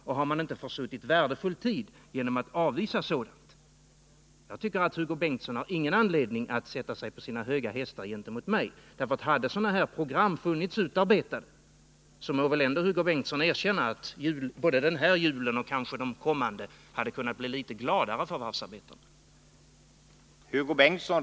Och har man inte försuttit värdefull tid genom att avvisa sådant? Jag tycker inte att Hugo Bengtsson har någon anledning att sätta sig på sina höga hästar gentemot mig. Hade sådana här program funnits utarbetade, så må väl ändå Hugo Bengtsson kunna erkänna att både den här julen och Nr 51 kanske de kommande hade kunnat bli litet gladare för varvsarbetarna. Torsdagen den